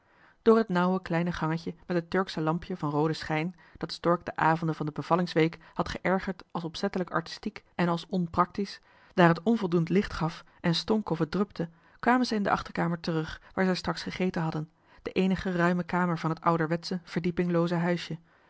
door het nauwe kleine gangetje met het turksche lampje van rooden schijn dat stork de avonden van de bevallingsweek had geërgerd als opzettelijk artistiek en als onpraktisch daar het onvoldoend licht gaf en stonk of het drupte kwamen zij in de achterkamer terug waar zij straks gegeten hadden de eenige ruime kamer van het ouderwetsche verdiepinglooze huisje